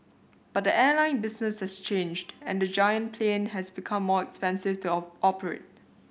but the airline business has changed and the giant plane has become more expensive to operate